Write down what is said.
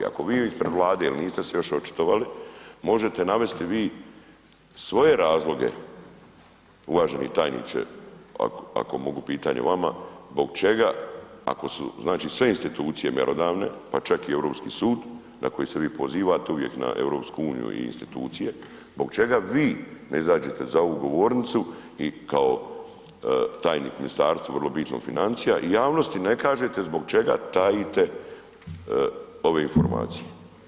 Ako vi ispred Vlade jer niste se još očitovali, možete navesti vi svoje razloge, uvaženi tajniče, ako mogu pitanje vama, zbog čega, ako su znači, sve institucije mjerodavne, pa čak i Europski sud na koji se vi pozivate uvijek na EU i institucije, zbog čega vi ne izađete za ovu govornicu i kao tajnik ministarstva, vrlo bitno, financija, javnosti ne kažete zbog čega tajite ove informacije?